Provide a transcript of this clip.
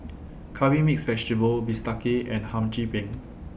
Curry Mixed Vegetable Bistake and Hum Chim Peng